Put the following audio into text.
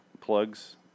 plugs